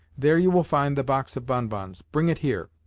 there you will find the box of bonbons. bring it here.